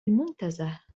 المنتزه